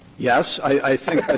yes. i think